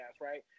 Right